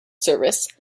service